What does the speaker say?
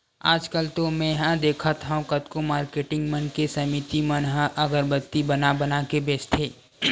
आजकल तो मेंहा देखथँव कतको मारकेटिंग मन के समिति मन ह अगरबत्ती बना बना के बेंचथे